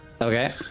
Okay